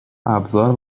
ابزار